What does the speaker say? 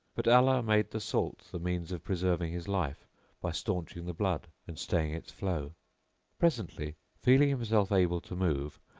but allah made the salt the means of preserving his life by staunching the blood and staying its flow presently, feeling himself able to move,